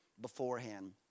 beforehand